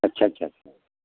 अच्छा अच्छा अच्छा